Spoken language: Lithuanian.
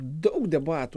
daug debatų